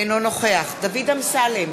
אינו נוכח דוד אמסלם,